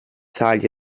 zahlt